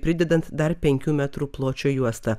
pridedant dar penkių metrų pločio juosta